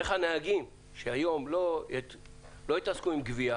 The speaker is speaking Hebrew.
איך הנהגים שהיום לא יתעסקו עם גבייה